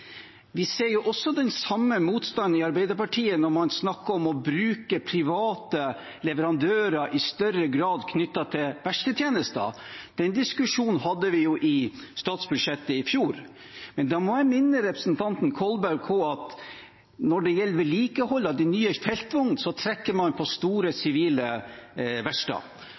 Vi ser jo også den samme motstanden i Arbeiderpartiet når man snakker om å bruke private leverandører i større grad knyttet til verkstedtjenester. Den diskusjonen hadde vi jo i statsbudsjettet i fjor. Men da må jeg minne representanten Kolberg på at når det gjelder vedlikehold av de nye feltvognene, så trekker man på store sivile